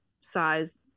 size